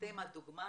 שאתם הדוגמה